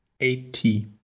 eighty